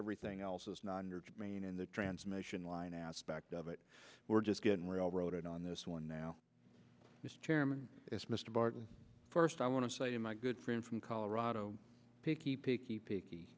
everything else is not in the transmission line aspect of it we're just getting railroaded on this one now mr chairman it's mr barton first i want to say to my good friend from colorado picky picky picky